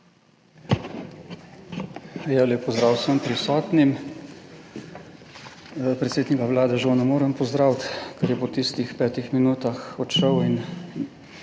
pozdrav vsem prisotnim! Predsednika Vlade žal ne morem pozdraviti, ker je v tistih petih minutah odšel in